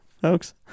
folks